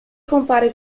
compare